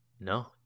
no